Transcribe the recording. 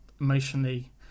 emotionally